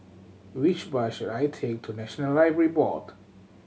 which bus should I take to National Library Board